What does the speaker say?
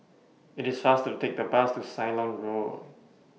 IT IS faster to Take The Bus to Ceylon Road